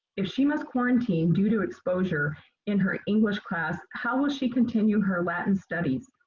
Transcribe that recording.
if she must quarantine due to exposure in her english class, how will she continue her latin studies?